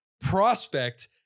prospect